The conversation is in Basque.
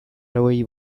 hauei